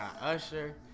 Usher